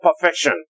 perfection